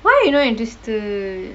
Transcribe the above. why you not interested